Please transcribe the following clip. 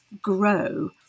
grow